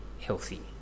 healthy